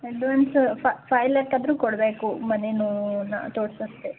advance five lakh ಆದರೂ ಕೊಡಬೇಕು ಮನೆ ನೋ ತೋರ್ಸೋಕ್ಕೆ